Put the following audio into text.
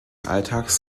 alltags